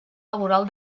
laboral